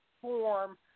form